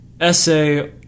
essay